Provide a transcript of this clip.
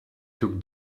took